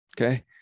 Okay